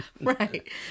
Right